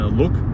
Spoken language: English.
look